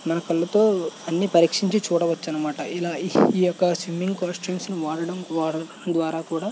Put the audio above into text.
మన కళ్ళతో అన్ని పరీక్షించి చూడవచ్చు అన్నమాట ఇలా ఈ యొక్క సిమ్మింగ్ కాస్టెన్సులు వాడడం ద్వారా ద్వారా కూడా